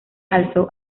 alzó